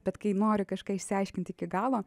bet kai nori kažką išsiaiškinti iki galo